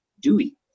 Dewey